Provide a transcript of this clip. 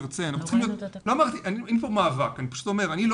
אין כאן מאבק אלא אני פשוט אומר שאני לא